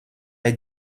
est